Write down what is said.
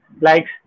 likes